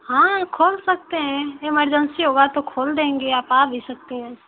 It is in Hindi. हाँ खोल सकते हैं ईमर्जन्सी होगा तो खोल देंगे आप आ भी सकती हैं